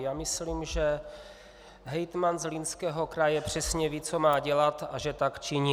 Já myslím, že hejtman Zlínského kraje přesně ví, co má dělat a že tak činil.